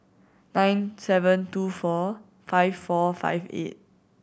nine seven two four five four five eight